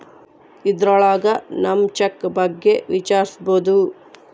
ಇದ್ರೊಳಗ ನಮ್ ಚೆಕ್ ಬಗ್ಗೆ ವಿಚಾರಿಸ್ಬೋದು